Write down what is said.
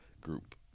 group